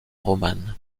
romane